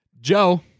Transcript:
Joe